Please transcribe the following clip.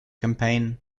campaign